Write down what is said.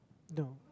no